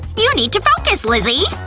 you need to focus, lizzy!